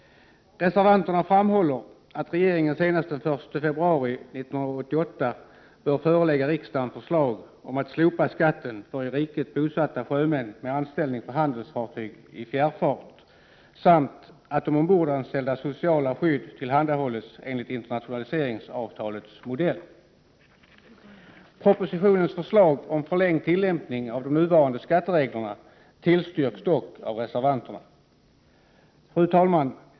Reservanterna framhåller att regeringen senast den 1 februari 1988 bör förelägga riksdagen förslag om ett slopande av skatten för i riket bosatta sjömän med anställning på handelsfartyg i fjärrfart samt om att de ombordanställdas sociala skydd tillhandahålls enligt internationaliseringsavtalets modell. Propositionens förslag om en förlängd tillämpningstid när det gäller nuvarande skatteregler tillstyrks dock av reservanterna. Fru talman!